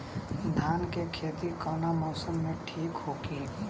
धान के खेती कौना मौसम में ठीक होकी?